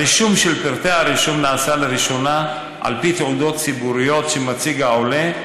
הרישום של פרטי הרישום נעשה לראשונה על פי תעודות ציבוריות שמציג העולה,